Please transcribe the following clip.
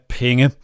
penge